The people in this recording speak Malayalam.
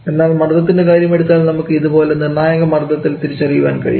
എന്നാൽ മർദ്ദത്തിൻറെ കാര്യമെടുത്താൽ നമുക്ക് ഇതുപോലെ നിർണായക മർദ്ദത്തിൽ തിരിച്ചറിയാൻ കഴിയും